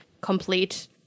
complete